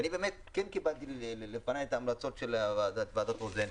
ואני באמת כן קיבלתי לפניי את ההמלצות של ועדת רוזן.